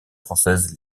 françaises